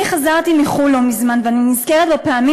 אני חזרתי מחו"ל לא מזמן ואני נזכרת בפעמים